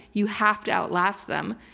you have to outlast them.